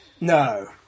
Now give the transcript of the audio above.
no